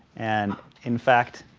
and in fact,